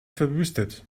verwüstet